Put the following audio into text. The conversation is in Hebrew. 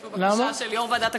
יש פה בקשה של יושב-ראש ועדת הכספים.